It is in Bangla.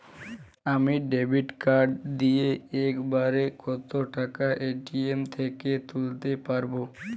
আমি ডেবিট কার্ড দিয়ে এক বারে কত টাকা এ.টি.এম থেকে তুলতে পারবো?